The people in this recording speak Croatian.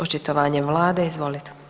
Očitovanje vlade, izvolite.